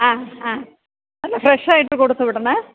ആ ആ അല്ല ഫ്രഷ് ആയിട്ട് കൊടുത്ത് വിടണേ